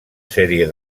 sèrie